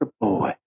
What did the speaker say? boy